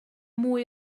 mwy